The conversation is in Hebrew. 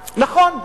נכון,